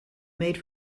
made